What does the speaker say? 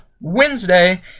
Wednesday